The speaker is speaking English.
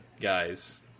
guys